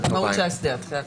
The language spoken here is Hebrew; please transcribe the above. למהות של ההסדר.